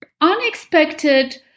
unexpected